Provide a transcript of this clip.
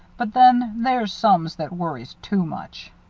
but then, there's some that worries too much.